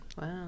wow